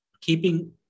keeping